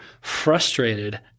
frustrated